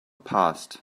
past